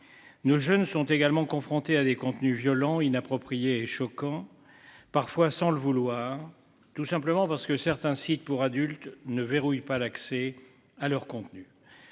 Ne jeunes sont également confrontés à des contenus violents inapproprié et choquant, parfois sans le vouloir tout simplement parce que certains sites pour adultes ne verrouille pas l'accès à leur contenu.